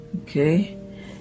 Okay